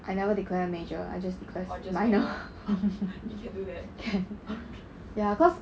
I never declare a major I just declare a minor ya cause